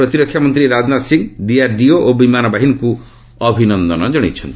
ପ୍ରତିରକ୍ଷା ମନ୍ତ୍ରୀ ରାଜନାଥ ସିଂହ ଡିଆର୍ଡିଓ ଓ ବିମାନ ବାହିନୀକୁ ଅଭିନନ୍ଦନ ଜଣାଇଛନ୍ତି